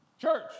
Church